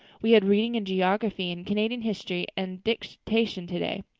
we had reading and geography and canadian history and dictation today.